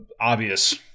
obvious